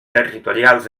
territorials